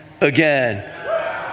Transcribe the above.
again